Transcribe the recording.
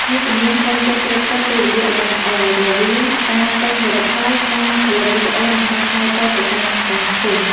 អ្នកជំនាញត្រូវចេះគ្រប់គ្រងពេលវេលាឱ្យបានល្អ រវាងការតេស្តផលិតផល ការផលិតវីដេអូ និងការឆ្លើយតបទៅកាន់សហគមន៍។